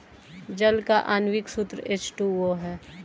जल का आण्विक सूत्र एच टू ओ है